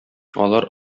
алар